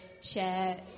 share